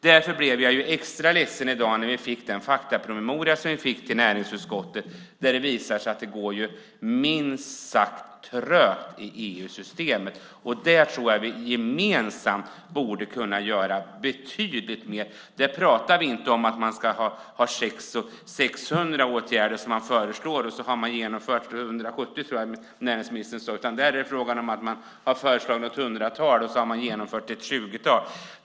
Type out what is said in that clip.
Därför blev jag extra ledsen i dag när vi fick den faktapromemoria som vi fick i näringsutskottet och som visar att det minst sagt går trögt i EU-systemet. Där borde vi gemensamt kunna göra betydligt mer. Där pratar vi inte om 600 åtgärder som föreslagits, och så har man genomfört 170 - så tror jag att näringsministern sade. Där är fråga om att man har föreslagit ett hundratal och har genomfört ett tjugotal.